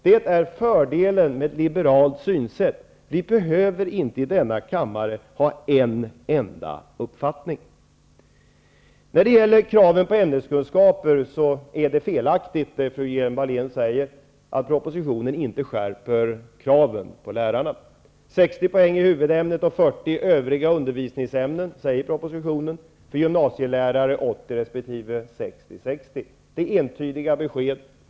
Det är fördelen med ett liberalt synsätt. Vi behöver inte i denna kammare ha en enda uppfattnnig. När det gäller kravet på ämneskunskaper är det fru Hjelm-Wallén sade felaktigt, att kraven på lärarna inte skärps i propositionen. 60 poäng i huvudämnet och 40 i de övriga undervisningsämnena, sägs det i propositionen, för gymnasielärare 80 resp. 60/60 poäng. Det är entydiga besked.